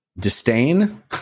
disdain